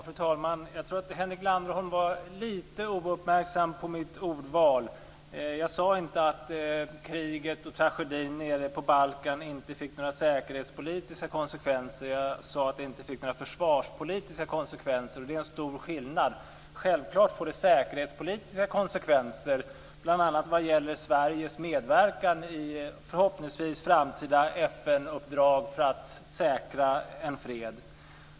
Fru talman! Jag tror att Henrik Landerholm var lite ouppmärksam på mitt ordval. Jag sade inte att kriget och tragedin nere på Balkan inte fick några säkerhetspolitiska konsekvenser. Jag sade att det inte fick några försvarspolitiska konsekvenser. Det är en stor skillnad. Självklart får det säkerhetspolitiska konsekvenser bl.a. vad gäller Sveriges medverkan i förhoppningsvis framtida FN-uppdrag för att säkra en fred.